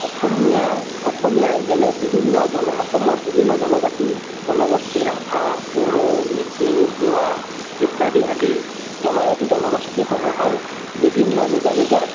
অসমীয়া অসমীয়া যেনে বিভিন্ন জন অসমৰ বিভিন্ন জনজাতি জনগোষ্ঠী ৰাভা বড়ো মিচিং তিৱা ইত্যাদি আদি জনজাতি জনগোষ্ঠীসমূহৰ বিভিন্ন নিজা নিজা